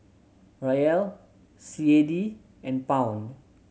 Riel C A D and Pound